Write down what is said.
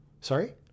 Sorry